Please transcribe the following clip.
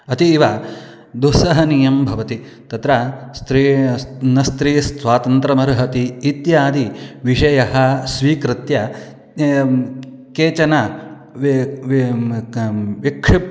अतीव दुस्सहनीयं भवति तत्र स्त्री न स्त्री स्वातन्त्र्यमर्हति इत्यादयः विषयः स्वीकृत्य केचन विक्षिप्ताः